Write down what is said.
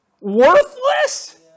worthless